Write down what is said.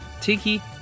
Tiki